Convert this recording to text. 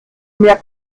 mehr